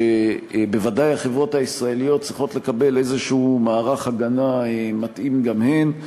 בוודאי החברות הישראליות צריכות לקבל איזשהו מערך הגנה מתאים גם הן.